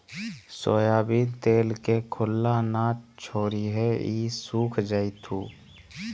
soybean तेल के खुल्ला न छोरीहें ई सुख जयताऊ